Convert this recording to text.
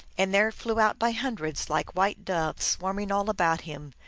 and there flew out by hundreds, like white doves, swarming all about him,